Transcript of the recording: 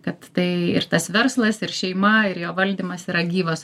kad tai ir tas verslas ir šeima ir jo valdymas yra gyvas